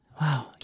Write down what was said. Wow